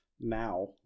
Now